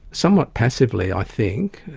somewhat passively, i think,